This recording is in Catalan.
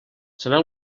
serà